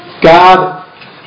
God